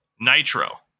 Nitro